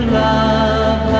love